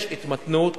יש התמתנות